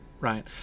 right